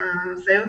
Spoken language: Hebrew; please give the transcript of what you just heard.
חובה